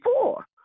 four